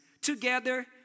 together